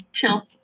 Chill